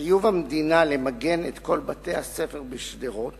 חיוב המדינה למגן את כל בתי-הספר בשדרות